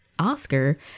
Oscar